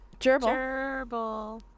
Gerbil